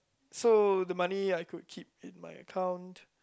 so the money I could keep in my account